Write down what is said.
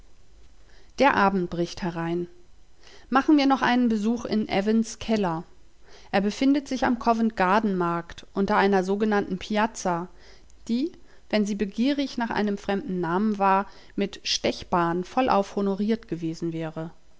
der abend bricht herein machen wir noch einen besuch in evans keller er befindet sich am coventgarden markt unter einer sogenannten piazza die wenn sie begierig nach einem fremden namen war mit stechbahn vollauf honoriert gewesen wäre